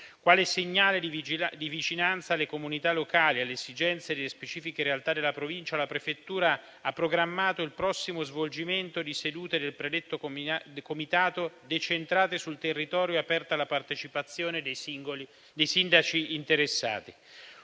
Quale segnale di vicinanza alle comunità locali e alle esigenze delle specifiche realtà della Provincia, la prefettura ha programmato il prossimo svolgimento di sedute del predetto Comitato decentrate sul territorio e aperte alla partecipazione dei sindaci interessati.